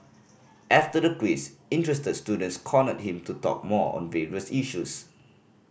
after the quiz interested students cornered him to talk more on various issues